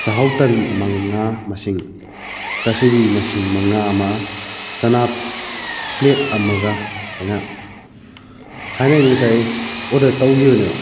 ꯆꯥꯛꯍꯥꯎ ꯇꯟ ꯃꯉꯥ ꯃꯁꯤꯡ ꯆꯥꯁꯨꯕꯤ ꯃꯁꯤꯡ ꯃꯉꯥ ꯑꯃ ꯆꯥꯅꯥ ꯄ꯭ꯂꯦꯠ ꯑꯃꯒ ꯑꯩꯅ ꯍꯥꯏꯅ ꯑꯩꯅ ꯉꯁꯥꯏ ꯑꯣꯗꯔ ꯇꯧꯈꯤꯕꯅꯦꯕ